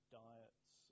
diets